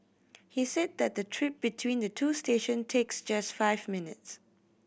he said that the trip between the two station takes just five minutes